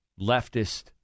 leftist